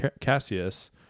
Cassius